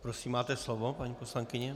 Prosím máte slovo, paní poslankyně.